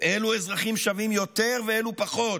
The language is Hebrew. אילו אזרחים שווים יותר ואילו פחות.